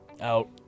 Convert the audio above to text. Out